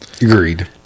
Agreed